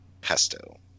pesto